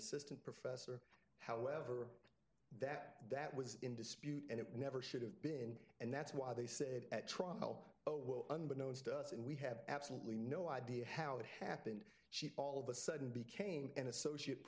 assistant professor however that that was in dispute and it never should have been and that's why they said at trial oh unbeknownst to us and we have absolutely no idea how it happened she all of a sudden became an associate